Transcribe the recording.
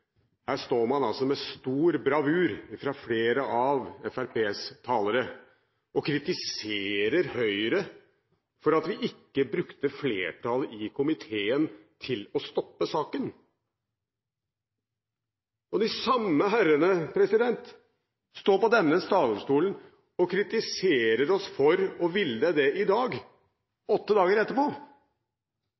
Her står flere av Fremskrittspartiets talere med stor bravur og kritiserer Høyre for at vi ikke brukte flertallet i komiteen til å stoppe saken. De samme herrene står på denne talerstolen og kritiserer oss for å ville det i dag, åtte dager etterpå.